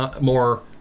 more